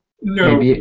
No